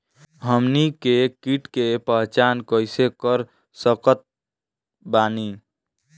हमनी के कीट के पहचान कइसे कर सकत बानी?